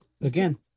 Again